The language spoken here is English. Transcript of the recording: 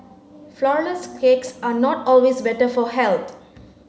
flourless cakes are not always better for health